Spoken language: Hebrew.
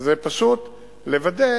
זה פשוט לוודא